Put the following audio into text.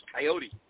Coyote